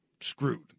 screwed